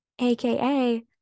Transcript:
AKA